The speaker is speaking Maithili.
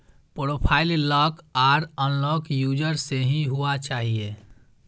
प्रोफाइल लॉक आर अनलॉक यूजर से ही हुआ चाहिए